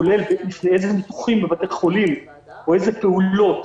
כולל עבור אילו ניתוחים בבתי חולים או אילו פעולות